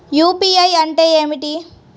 UPI అంటే ఏమిటీ?